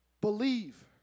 believe